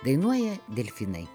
dainuoja delfinai